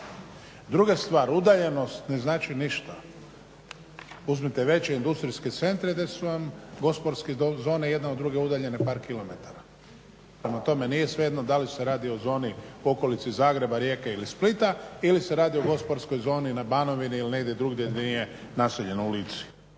Druga stvar, udaljenost ne znači ništa. Uzmite veće industrijske centre gdje su vam gospodarske zone jedna od druge udaljene par kilometara. Prema tome, nije svejedno da li se radi o zoni u okolici Zagreba, Rijeke ili Splita ili se radi o gospodarskoj zoni na Banovini ili negdje drugdje gdje nije naseljeno, u Lici.